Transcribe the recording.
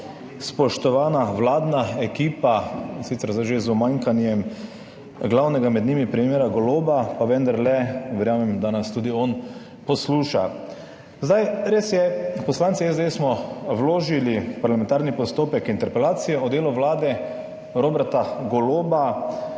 spoštovana vladna ekipa, in sicer zdaj že z umanjkanjem glavnega med njimi, primera Goloba, pa vendarle verjamem, da nas tudi on posluša! Res je, poslanci SDS smo vložili parlamentarni postopek interpelacije o delu vlade Roberta Goloba,